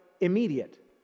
immediate